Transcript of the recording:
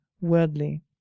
worldly